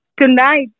tonight